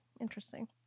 Interesting